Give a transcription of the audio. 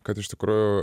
kad iš tikrųjų